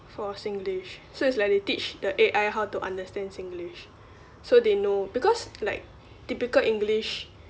for singlish so it's like they teach the A_I how to understand singlish so they know because like typical english